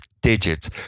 digits